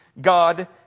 God